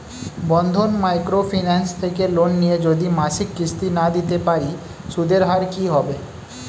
বন্ধন micro finance থেকে loan নিয়ে যদি মাসিক কিস্তি না দিতে পারি সুদের হার কি হবে?